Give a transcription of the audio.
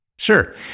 Sure